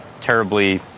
terribly